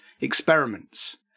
experiments